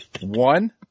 One